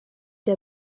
der